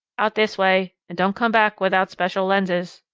out this way and don't come back without special lenses.